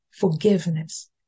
forgiveness